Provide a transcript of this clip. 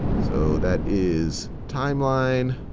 so that is timeline,